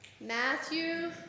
Matthew